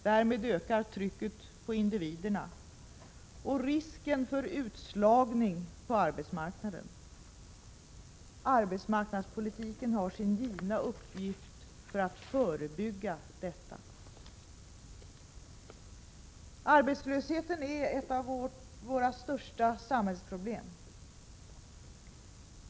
Därmed ökar trycket på individerna och risken för utslagning på arbetsmarknaden. Arbetsmarknadspolitiken har sin givna uppgift för att förebygga detta. Arbetslösheten är ett av våra största samhällsproblem.